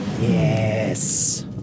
Yes